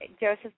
joseph